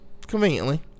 Conveniently